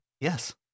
Yes